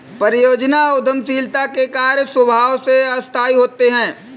परियोजना उद्यमशीलता के कार्य स्वभाव से अस्थायी होते हैं